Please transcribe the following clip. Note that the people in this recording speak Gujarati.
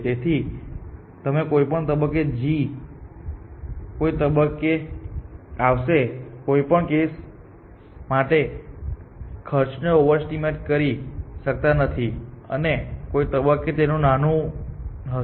તેથી તમે કોઈ પણ તબક્કે g કોઈક તબક્કે આવશે કોઈ પણ કેસ માટે ખર્ચ ને ઓવરએસ્ટીમેટ કરી શકતા નથી અને કોઈક તબક્કે તે નાનું હશે